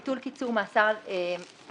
ביטול קיצור מאסר לאסירים